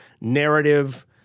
narrative